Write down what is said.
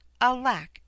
alack